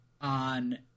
on